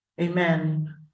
amen